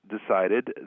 decided